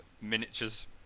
miniatures